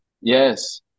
yes